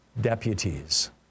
deputies